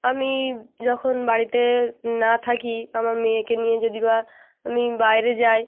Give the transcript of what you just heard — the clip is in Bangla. আমি যখন বাড়িতে না থাকি আমার মেয়েকে নিয়ে যদি বা আমি বাইরে যাই